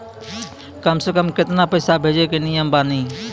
कम से कम केतना पैसा भेजै के नियम बानी?